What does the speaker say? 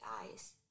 eyes